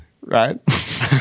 right